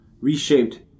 reshaped